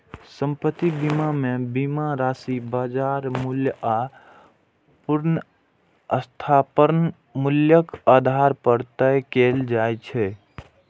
संपत्ति बीमा मे बीमा राशि बाजार मूल्य आ पुनर्स्थापन मूल्यक आधार पर तय कैल जाइ छै